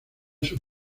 sus